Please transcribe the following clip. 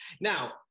Now